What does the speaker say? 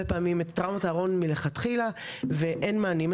מאוד פעמים את טראומת הארון מלכתחילה ואין מענים עבורם.